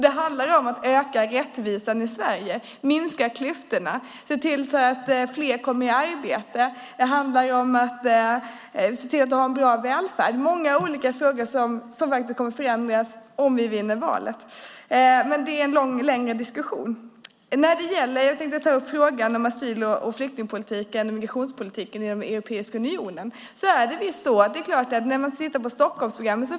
Det handlar om att öka rättvisan i Sverige, minska klyftorna och se till att fler kommer i arbete. Det handlar om att se till att ha en bra välfärd. Det är många olika frågor som kommer att förändras om vi vinner valet, men det är en längre diskussion. Jag tänkte ta upp frågan om asyl-, flykting och migrationspolitiken i Europeiska unionen. Det är klart att det finns bra skrivningar i Stockholmsprogrammet.